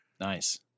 nice